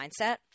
mindset